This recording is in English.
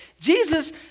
Jesus